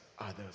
others